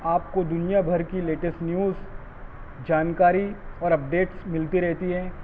آپ کو دنیا بھر کی لیٹیسٹ نیوز جانکاری اور اپڈیٹس ملتی رہتی ہیں